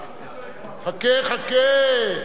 חכה, חכה.